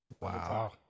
Wow